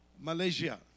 Malaysia